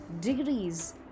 degrees